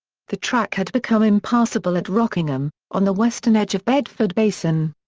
the track had become impassable at rockingham, on the western edge of bedford basin.